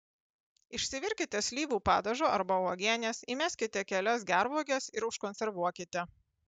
išsivirkite slyvų padažo arba uogienės įmeskite kelias gervuoges ir užkonservuokite